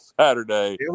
Saturday